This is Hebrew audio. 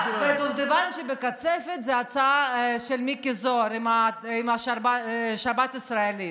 והדובדבן שבקצפת זו ההצעה של מיקי זוהר עם השבת ישראלית.